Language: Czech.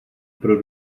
pro